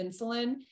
insulin